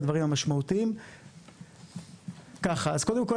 קודם כול,